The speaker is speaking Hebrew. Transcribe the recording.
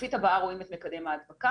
בשקופית הבאה רואים את מקדם ההדבקה.